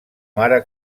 mare